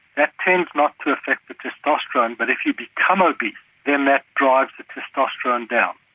that tends not to affect the testosterone but if you become obese then that drives the testosterone down.